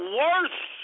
worse